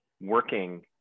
working